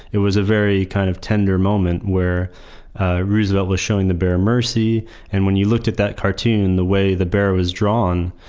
it was a very kind of tender moment, where roosevelt was showing the bear mercy and when you looked at that cartoon, the way the bear was drawn,